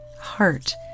heart